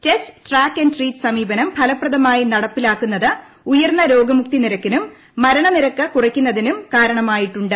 test track and treat സമീപനം ഫലപ്രദമായി നടപ്പിലാക്കുന്നത് ഉയർന്ന രോഗമുക്തി നിരക്കിനും മരണനിരക്ക് കുറയുന്നതിനും കാരണമായിട്ടുണ്ട്